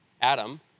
Adam